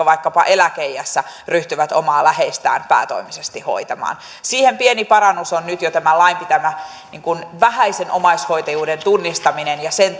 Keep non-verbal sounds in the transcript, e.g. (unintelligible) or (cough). (unintelligible) vaikkapa eläkeiässä ryhtyvät omaa läheistään päätoimisesti hoitamaan siihen pieni parannus on nyt jo tämän lain sisältämä vähäisen omaishoitajuuden tunnistaminen ja sen (unintelligible)